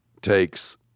takes